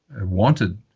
wanted